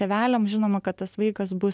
tėveliam žinoma kad tas vaikas bus